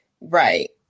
Right